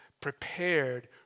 prepared